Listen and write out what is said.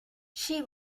she